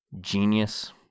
genius